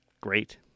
great